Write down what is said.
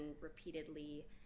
repeatedly